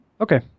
Okay